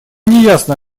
неясно